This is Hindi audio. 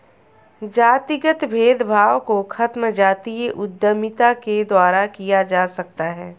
जातिगत भेदभाव को खत्म जातीय उद्यमिता के द्वारा किया जा सकता है